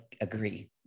agree